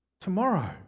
Tomorrow